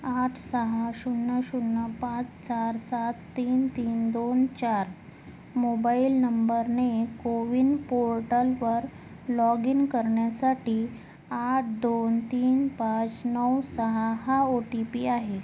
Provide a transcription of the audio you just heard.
आठ सहा शून्य शून्य पाच चार सात तीन तीन दोन चार मोबाईल नंबरने कोविन पोर्टलवर लॉगइन करण्यासाठी आठ दोन तीन पाच नऊ सहा हा ओ टी पी आहे